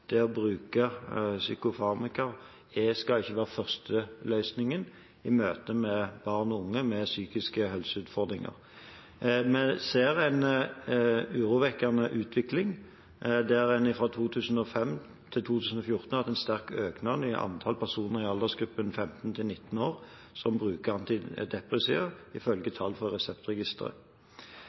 det å bruke psykofarmaka ikke være den første løsningen i møtet med barn og unge med psykiske helseutfordringer. Vi ser en urovekkende utvikling der en fra 2005 til 2014 har hatt en sterk økning i antall personer i aldersgruppen 15–19 år som bruker antidepressiva, ifølge tall fra Reseptregisteret.